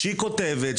שהיא כותבת,